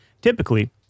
typically